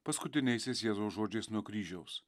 paskutiniaisiais jėzaus žodžiais nuo kryžiaus